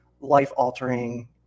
life-altering